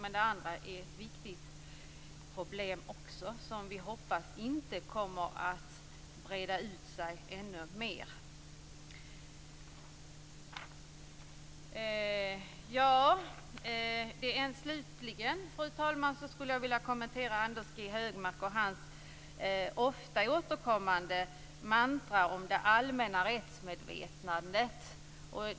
Men det andra är också ett viktigt problem som vi hoppas inte kommer att breda ut sig ännu mer. Slutligen, fru talman, skulle jag vilja kommentera Anders G Högmark och hans ofta återkommande mantra om det allmänna rättsmedvetandet.